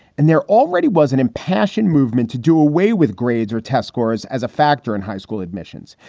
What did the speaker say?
and there already was an impassioned movement to do away with grades or test scores as a factor in high school admissions.